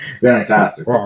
Fantastic